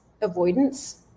avoidance